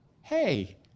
hey